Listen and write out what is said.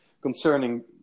concerning